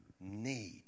need